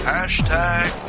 Hashtag